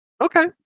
Okay